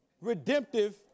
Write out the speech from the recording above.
redemptive